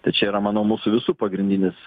tai čia yra manau mūsų visų pagrindinis